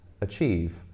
achieve